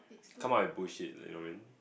come out and push it you know what I mean